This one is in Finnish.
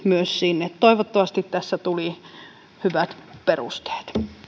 myös sinne toivottavasti tässä tuli hyvät perusteet